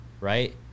right